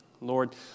Lord